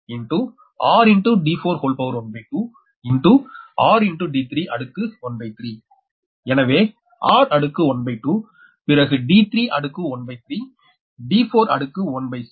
எனவே r அடுக்கு 1 by 2 பிறகு d3 அடுக்கு 1 பய் 3 d4அடுக்கு 1 பய் 6